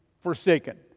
forsaken